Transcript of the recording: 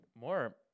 more